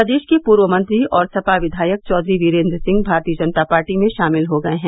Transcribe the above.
प्रदेश के पूर्व मंत्री और सपा विधायक चौधरी वीरेन्द्र सिंह भारतीय जनता पार्टी में शामिल हो गये है